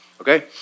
Okay